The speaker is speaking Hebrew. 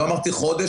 לא אמרתי חודש,